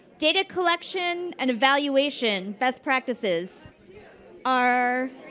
data collection and evaluation, best practices are